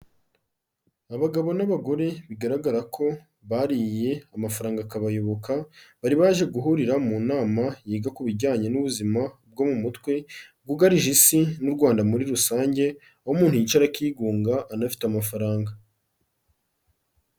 Abagabo n'abagore bigaragara ko bariye amafaranga akabayoboka, bari baje guhurira mu nama yiga ku bijyanye n'ubuzima bwo mu mutwe, bwugarije Isi n'u Rwanda muri rusange, aho umuntu yicara akigunga anafite amafaranga.